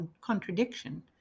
contradiction